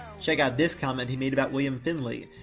check out this comment he made about william finley.